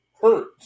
hurt